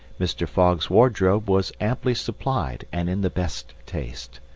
mr. fogg's wardrobe was amply supplied and in the best taste.